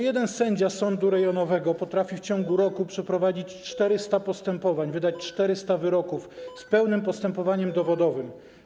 Jeden sędzia sądu rejonowego potrafi w ciągu roku przeprowadzić 400 postępowań, wydać 400 wyroków z pełnym postępowaniem dowodowym.